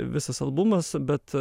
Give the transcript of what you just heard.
visas albumas bet